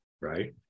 right